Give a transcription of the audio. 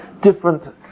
different